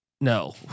No